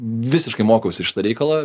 visiškai mokausi šitą reikalą